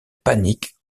panique